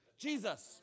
Jesus